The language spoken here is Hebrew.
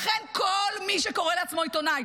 לכן כל מי שקורא לעצמו "עיתונאי",